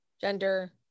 gender